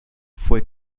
fue